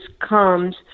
comes